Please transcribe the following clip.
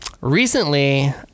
Recently